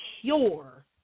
Cure